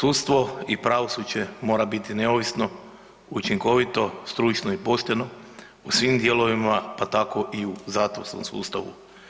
Sudstvo i pravosuđe mora biti neovisno, učinkovito, stručno i pošteno u svim dijelovima, pa tako i u zatvorskom sustavu.